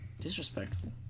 disrespectful